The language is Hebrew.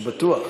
אני בטוח.